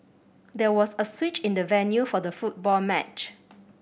there was a switch in the venue for the football match